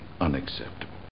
unacceptable